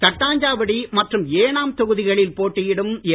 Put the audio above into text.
தட்டாஞ்சாவடி மற்றும் ஏனாம் தொகுதிகளில் போட்டியிடும் என்